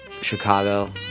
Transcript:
Chicago